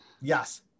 Yes